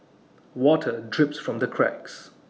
water drips from the cracks